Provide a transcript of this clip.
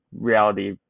reality